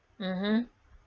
mmhmm